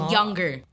Younger